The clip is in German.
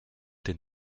den